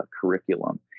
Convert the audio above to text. curriculum